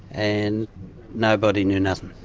and nobody knew nothing.